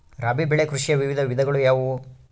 ರಾಬಿ ಬೆಳೆ ಕೃಷಿಯ ವಿವಿಧ ವಿಧಗಳು ಯಾವುವು?